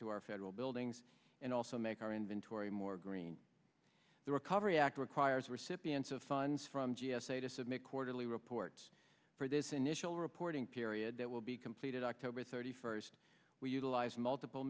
to our federal buildings and also make our inventory more green the recovery act requires recipients of funds from g s a to submit quarterly reports for this initial reporting period that will be completed october thirty first we utilize multiple